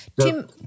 tim